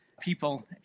people